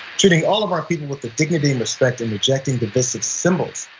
treating all of our people with the dignity and respect and rejecting the basic symbols.